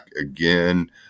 again